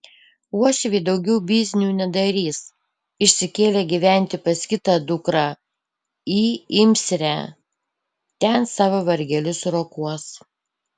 uošviai daugiau biznių nedarys išsikėlė gyventi pas kitą dukrą į imsrę ten savo vargelius rokuos